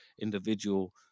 individual